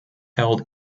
held